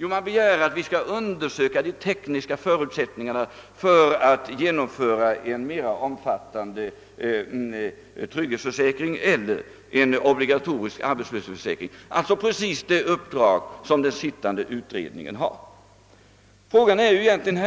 Jo, man kräver att vi skall undersöka de tekniska förutsättningarna för att genomföra en mera omfattande trygghetsförsäkring eller en obligatorisk arbetslöshetsförsäkring, alltså precis vad den sittande utredningen har i uppdrag att göra. Frågan är egentligen